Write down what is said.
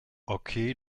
okay